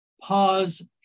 pause